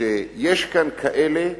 שיש כאן כאלה,